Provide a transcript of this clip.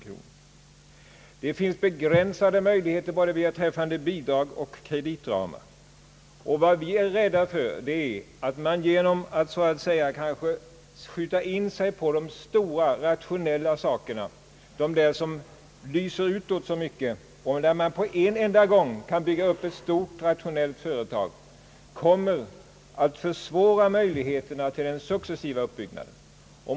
Möjligheterna är begränsade både beträffande bidrag och i fråga om kreditramar. Vad vi är rädda för är att man genom att skjuta in sig på de stora och rationella åtgärderna, de som lyser utåt och genom vilka man på en enda gång kan bygga upp ett stort rationellt företag, kommer att försämra möjligheterna till en successiv uppbyggnad.